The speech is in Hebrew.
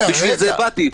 לכן באתי.